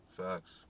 Facts